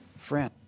Friend